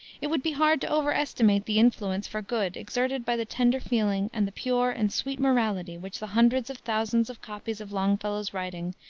it would be hard to over-estimate the influence for good exerted by the tender feeling and the pure and sweet morality which the hundreds of thousands of copies of longfellow's writings,